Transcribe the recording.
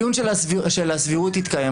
זה שווי.